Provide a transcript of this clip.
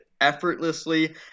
effortlessly